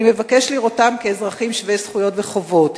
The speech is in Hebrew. אני מבקש לראותם כאזרחים שווי זכויות וחובות.